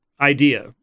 idea